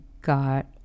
got